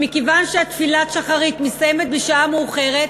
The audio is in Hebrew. שמכיוון שתפילת שחרית מסתיימת בשעה מאוחרת,